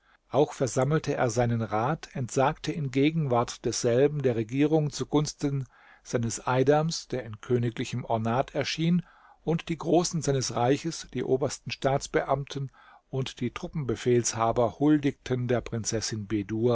auch versammelte er seinen rat entsagte in gegenwart desselben der regierung zugunsten seines eidams der in königlichem ornat erschien und die großen seines reiches die obersten staatsbeamten und die truppenbefehlshaber huldigten der prinzessin